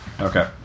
Okay